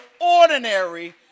ordinary